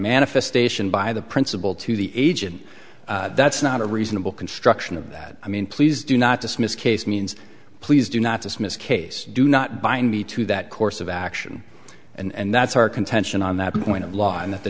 manifestation by the principle to the agent that's not a reasonable construction of that i mean please do not dismiss case means please do not dismiss case do not bind me to that course of action and that's our contention on that point of law and that the